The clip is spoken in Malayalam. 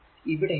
ഇവിടെയും ഇല്ല